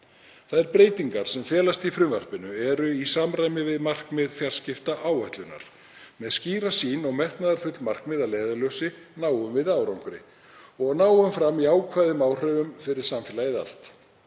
Þær breytingar sem felast í frumvarpinu eru í samræmi við markmið fjarskiptaáætlunar. Með skýra sýn og metnaðarfull markmið að leiðarljósi náum við árangri og náum fram jákvæðum áhrifum fyrir samfélagið allt.